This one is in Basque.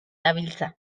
dabiltza